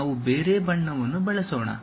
ನಾವು ಬೇರೆ ಬಣ್ಣವನ್ನು ಬಳಸೋಣ